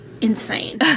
insane